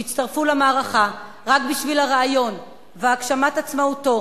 שהצטרפו למערכה רק בשביל הרעיון של הגשמת עצמאותו